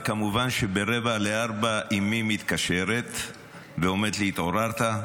וכמובן שב-03:45 אימי מתקשרת ואומרת לי: התעוררת?